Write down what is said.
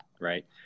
right